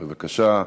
בבקשה.